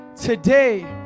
today